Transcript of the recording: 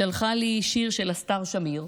שיר של אסתר שמיר.